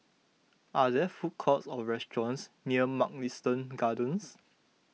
are there food courts or restaurants near Mugliston Gardens